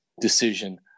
decision